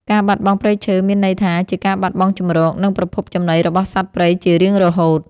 ការបាត់បង់ព្រៃឈើមានន័យថាជាការបាត់បង់ជម្រក និងប្រភពចំណីរបស់សត្វព្រៃជារៀងរហូត។